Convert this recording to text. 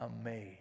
amazed